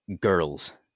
Girls